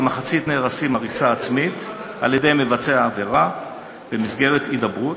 כמחצית נהרסים הריסה עצמית על-ידי מבצע העבירה במסגרת הידברות,